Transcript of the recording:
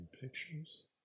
pictures